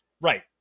right